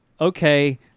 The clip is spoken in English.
okay